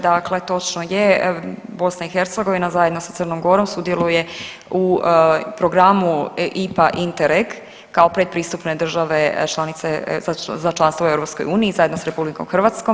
Dakle, točno je, BiH zajedno sa Crnom Gorom sudjeluje u programu IPA Interreg kao pretpristupne države članice za članstvo u EU, zajedno sa RH.